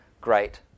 great